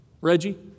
Reggie